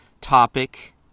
topic